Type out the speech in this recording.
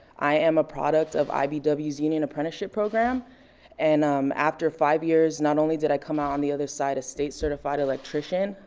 i am a product of ibw's union apprenticeship program and um after five years, not only did i come out on the other side a state certified electrician,